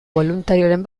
boluntarioren